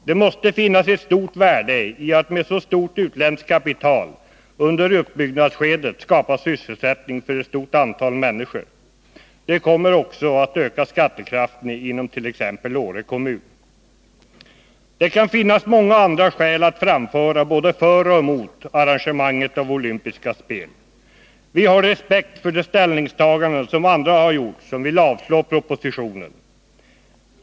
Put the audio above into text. Det måste ligga ett stort värde i att med så stort utländskt kapital under uppbyggnadsskedet skapa sysselsättning för ett stort antal människor. Det kommer också att öka skattekraften inom t.ex. Åre kommun. Det kan finnas många andra skäl att framföra både för och emot arrangerandet av olympiska spel. Vi har respekt för de ställningstaganden som andra har gjort, då de vill avslå propositionen.